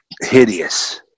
hideous